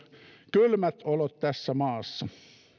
kylmät olot tässä maassa